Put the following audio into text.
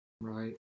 right